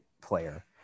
player